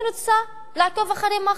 אני רוצה לעקוב אחרי מח"ש,